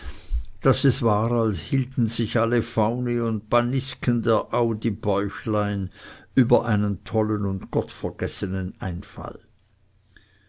daß es war als hielten sich alle faune und panisken der au die bäuchlein über einen tollen und gottvergessenen einfall